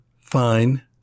fine